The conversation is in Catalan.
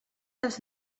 dels